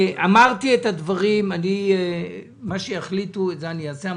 אמרתי את הדברים, ומה שיחליטו, את זה אני אעשה.